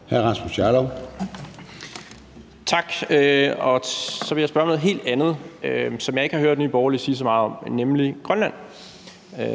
21:37 Rasmus Jarlov (KF): Tak. Så vil jeg spørge om noget helt andet, som jeg ikke har hørt Nye Borgerlige sige så meget om, nemlig Grønland,